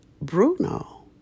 Bruno